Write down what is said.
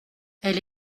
elle